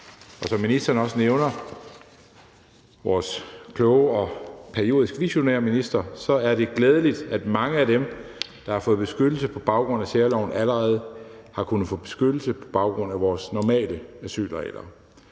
Og som ministeren også nævner – vores kloge og periodisk visionære minister – er det glædeligt, at mange af dem, der har fået beskyttelse på baggrund af særloven, allerede har kunnet få beskyttelse på baggrund af vores normale asylregler.